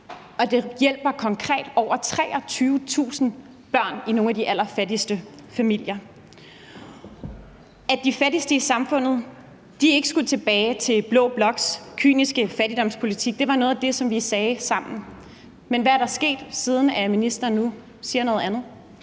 og det hjælper konkret over 23.000 børn i nogle af de allerfattigste familier. At de fattigste i samfundet ikke skulle tilbage til blå bloks kyniske fattigdomspolitik, var noget af det, som vi sammen sagde – men hvad er der sket, siden ministeren nu siger noget andet?